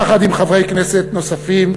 יחד עם חברי כנסת נוספים,